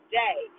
day